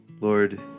Lord